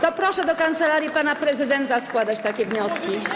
To proszę do kancelarii pana prezydenta składać takie wnioski.